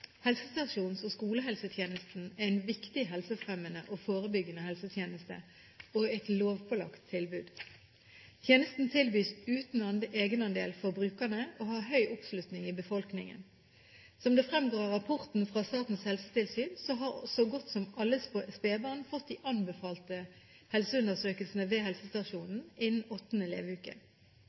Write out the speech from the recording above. Helsestasjons- og skolehelsetjenesten er en viktig helsefremmende og forebyggende helsetjeneste og et lovpålagt tilbud. Tjenesten tilbys uten egenandel for brukerne og har høy oppslutning i befolkningen. Som det fremgår av rapporten fra Statens helsetilsyn, har så godt som alle spedbarn fått de anbefalte helseundersøkelsene ved helsestasjonen innen åttende leveuke.